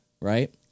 right